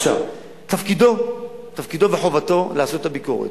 תפקידו וחובתו לעשות את הביקורת.